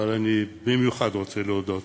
אבל אני במיוחד רוצה להודות